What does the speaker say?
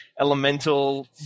elemental